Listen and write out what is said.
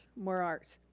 more art.